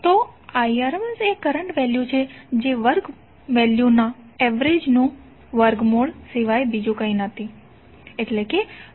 તો Irms એ current value છે જે વર્ગ વેલ્યુના એવરેજનુ વર્ગમૂળ સિવાય બીજુ કંઈ નથી